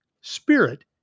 spirit